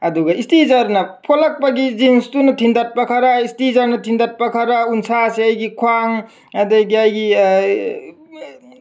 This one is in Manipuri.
ꯑꯗꯨꯒ ꯏꯁꯇꯤꯆꯔꯅ ꯐꯣꯠꯂꯛꯄꯒꯤ ꯖꯤꯟꯁꯇꯨꯅ ꯊꯤꯟꯗꯠꯄ ꯈꯔ ꯏꯁꯇꯤꯆꯔꯅ ꯊꯤꯟꯗꯠꯄ ꯈꯔ ꯎꯟꯁꯥꯁꯦ ꯑꯩꯒꯤ ꯈ꯭ꯋꯥꯡ ꯑꯗꯒꯤ ꯑꯩꯒꯤ